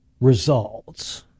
results